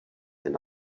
and